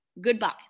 Goodbye